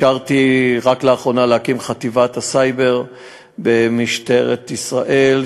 רק לאחרונה אישרתי להקים את חטיבת הסייבר במשטרת ישראל,